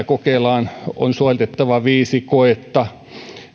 kokelaan on suoritettava viisi koetta